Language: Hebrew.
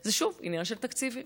זה שוב עניין של תקציבים,